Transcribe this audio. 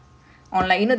mm mmhmm